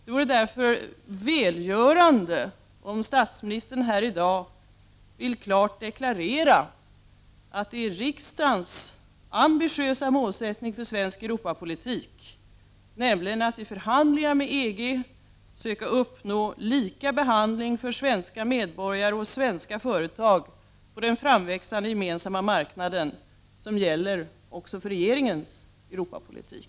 Det vore därför välgörande om statsministern här i dag ville klart deklarera att det är riksdagens ambitiösa målsättning för svensk Europapolitik, nämligen att i förhandlingar med EG söka uppnå lika behandling för svenska medborgare och svenska företag på den framväxande gemensamma marknaden, som gäller också för regeringens Europapolitik.